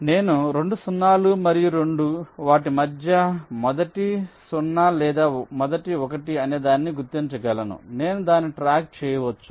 కాబట్టి నేను 2 సున్నాలు మరియు 2 వాటి మధ్య మొదటి 0 లేదా మొదటి 1 అనేదానిని గుర్తించగలను నేను దానిని ట్రాక్ చేయవచ్చు